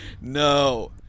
no